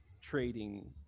trading